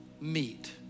meet